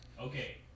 okay